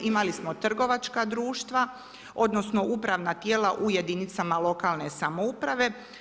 Imali smo trgovačka društva, odnosno, upravna tijela u jedinicama lokalne samouprave.